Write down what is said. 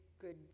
good